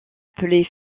appelées